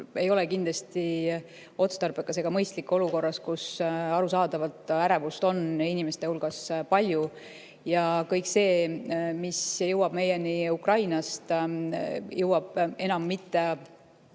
ei ole kindlasti otstarbekas ega mõistlik olukorras, kus arusaadavalt ärevust on inimeste hulgas palju. Kõik see, mis jõuab meieni Ukrainast, ei tule enam mitte